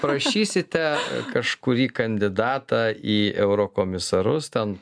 prašysite kažkurį kandidatą į eurokomisarus ten